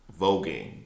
Voguing